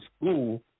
school